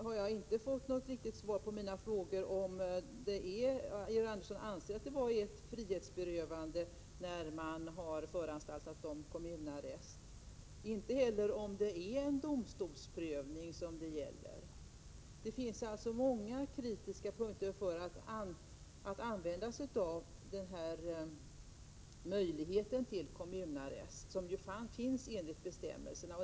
Jag har inte fått något riktigt svar på mina frågor om Georg Andersson anser att det var ett frihetsberövande när det föranstaltades om kommunarrest, inte heller om det gäller en domstolsprövning. Det finns alltså många kritiska punkter i fråga om att använda den möjlighet till kommunarrest som finns enligt bestämmelserna.